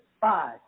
five